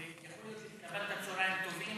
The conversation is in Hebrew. ויכול להיות שהתכוונת צוהריים טובים,